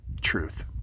Truth